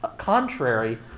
contrary